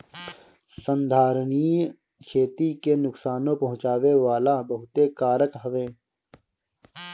संधारनीय खेती के नुकसानो पहुँचावे वाला बहुते कारक हवे